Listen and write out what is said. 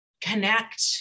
connect